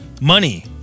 Money